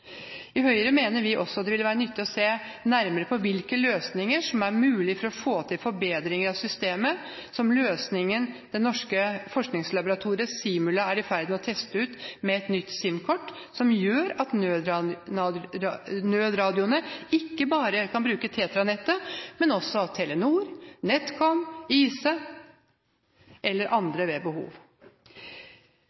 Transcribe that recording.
I Høyre mener vi at det ville være nyttig å se nærmere på hvilke løsninger som er mulig for å få til forbedringer av systemet, som løsningen det norske forskningslaboratoriet Simula er i ferd med å teste ut, med et nytt SIM-kort som gjør at nødradioene ikke bare kan bruke TETRA-nettet, men også Telenor, NetCom, Ice eller